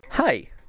Hi